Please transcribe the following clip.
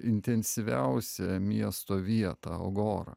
intensyviausią miesto vietą agorą